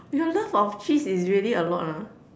your love of cheese is really a lot ah